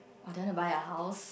for them to buy a house